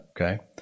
Okay